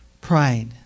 Pride